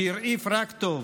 שהרעיף רק טוב,